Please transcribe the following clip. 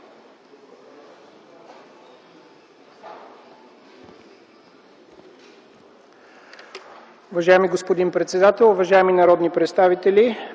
господин председател, уважаеми народни представители!